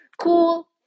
Cool